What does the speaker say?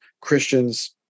Christians